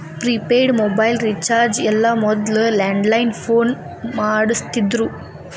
prepaid mobile recharge ಎಲ್ಲ ಮೊದ್ಲ landline phone ಮಾಡಸ್ತಿದ್ರು